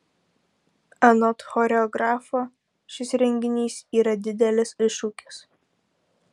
anot choreografo šis renginys yra didelis iššūkis